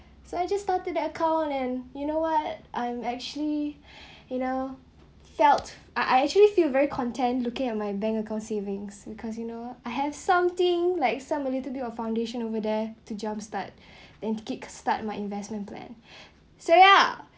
so I just started that account and you know what I'm actually you know felt I I actually feel very content looking at my bank account savings because you know I have something like some a little bit of foundation over there to jump start then kick start my investment plan so ya